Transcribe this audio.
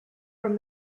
from